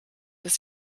des